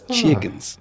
chickens